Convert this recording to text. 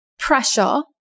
Pressure